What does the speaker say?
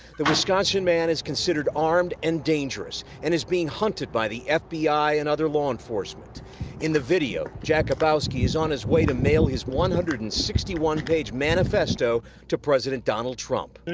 the wisconsin man is considered armed and dangerous and is being hunted by the fbi and other law enforcemen in the video, jackubowski is his on his way to mail his one hundred and sixty one page manifesto to president donald trump.